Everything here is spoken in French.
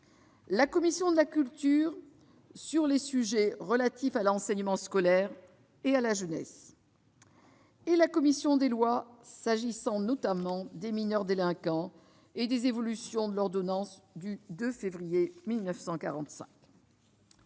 la commission de la culture, sur les sujets relatifs à l'enseignement scolaire et à la jeunesse ; la commission des lois, s'agissant notamment des mineurs délinquants et des évolutions de l'ordonnance du 2 février 1945.